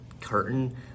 curtain